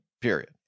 Period